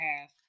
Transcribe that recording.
half